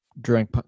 drink